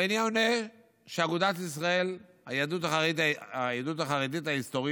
ואני עונה שאגודת ישראל, היהדות החרדית ההיסטורית,